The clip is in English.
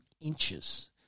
inches